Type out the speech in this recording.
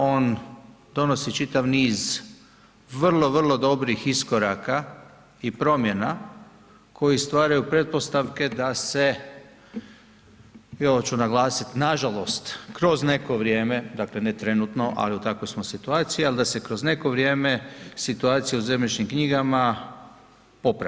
On donosi čitav niz vrlo, vrlo dobrih iskoraka i promjena koje stvaraju pretpostavke da se, i ovo ću naglasiti nažalost, kroz neko vrijeme, dakle ne trenutno, ali u takvoj smo situaciji, ali da se kroz neko vrijeme situacija u ZK popravi.